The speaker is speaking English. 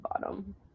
bottom